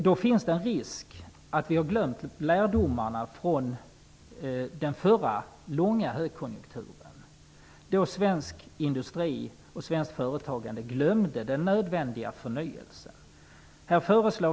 Då finns det en risk att vi glömmer de lärdomar som vi drog av den förra långa högkonjunkturen. Då glömde den svenska industrin och det svenska företagandet den nödvändiga förnyelsen.